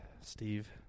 Steve